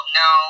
no